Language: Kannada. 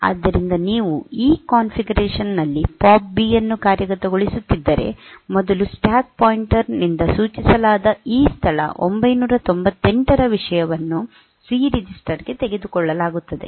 ಆದ್ದರಿಂದ ನೀವು ಈ ಕಾನ್ಫಿಗರೇಶನ್ ನಲ್ಲಿ ಪಾಪ್ ಬಿ ಅನ್ನು ಕಾರ್ಯಗತಗೊಳಿಸುತ್ತಿದ್ದರೆ ಮೊದಲು ಸ್ಟ್ಯಾಕ್ ಪಾಯಿಂಟರ್ ನಿಂದ ಸೂಚಿಸಲಾದ ಈ ಸ್ಥಳ 998 ರ ವಿಷಯವನ್ನು ಸಿ ರಿಜಿಸ್ಟರ್ ಗೆ ತೆಗೆದುಕೊಳ್ಳಲಾಗುತ್ತದೆ